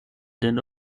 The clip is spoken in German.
den